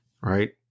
right